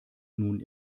nun